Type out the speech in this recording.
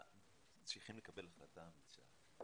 צריך לקבל החלטה אמיצה,